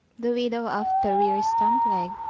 the widow of thorir stumpleg,